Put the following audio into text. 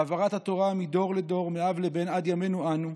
העברת התורה מאב לבן עד ימינו אנו,